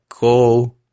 go